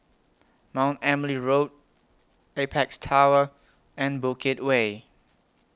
Mount Emily Road Apex Tower and Bukit Way